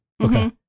Okay